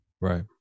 Right